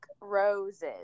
roses